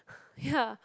ya